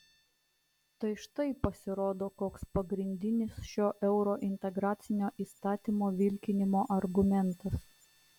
tai štai pasirodo koks pagrindinis šio eurointegracinio įstatymo vilkinimo argumentas